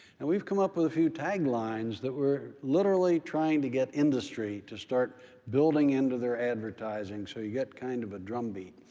and we've come up with a few tag lines that we're literally trying to get industry to start building into their advertising so you get kind of a drumbeat.